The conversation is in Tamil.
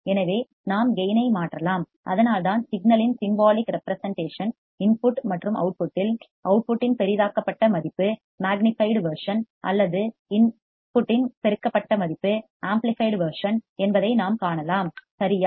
எனவே நாம் கேயின் ஐ மாற்றலாம் அதனால்தான் சிக்னல் இன் சிம்போலிக் ரெப்ரெசென்ட்டேஷன் இன்புட் மற்றும் அவுட்புட்டில் அவுட்புட்டின் பெரிதாக்கப்பட்ட பதிப்பு மக்னிஃபைட் வேர்சன் அல்லது இன்புட் இன் பெருக்கப்பட்ட பதிப்பு ஆம்ப்ளிபிஃபைட் வேர்சன் என்பதை நாம் காணலாம் சரியா